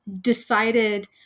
decided